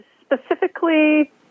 specifically